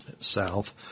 south